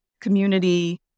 community